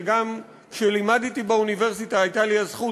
וגם כשלימדתי באוניברסיטה הייתה לי הזכות